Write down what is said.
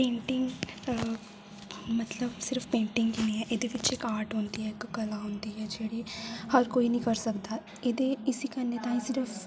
painting मतलब सिर्फ़ painting नेईं ऐ एह्दे पिच्छें इक आर्ट होंदी ऐ इक कला होंदी ऐ जेह्ड़ी हर कोई नेईं करी सकदा एह्दे इसी करने ताहीं सिर्फ